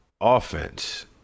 offense